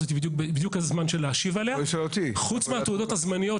למה זמני?